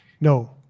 no